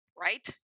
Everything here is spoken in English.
Right